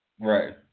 Right